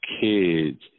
kids